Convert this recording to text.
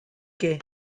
que